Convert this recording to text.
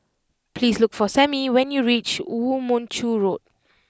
please look for Sammie when you reach Woo Mon Chew Road